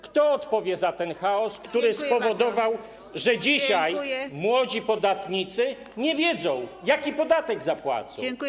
Kto odpowie za ten chaos, który spowodował, że dzisiaj młodzi podatnicy nie wiedzą, jaki podatek zapłacą?